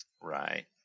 Right